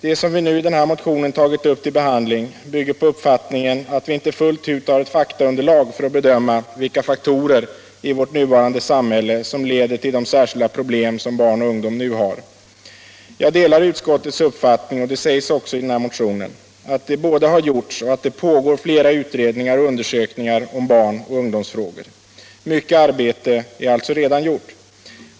Det som vi i denna motion har tagit upp till behandling bygger på uppfattningen att vi inte fullt ut har ett faktaunderlag för att bedöma vilka faktorer i vårt nuvarande samhälle som leder till de särskilda problem som barn och ungdom nu har. Jag delar utskottets uppfattning, och det sägs också i motionen, att det både har gjorts och pågår flera utredningar och undersökningar om barnoch ungdomsfrågor. Mycket arbete är alltså redan gjort.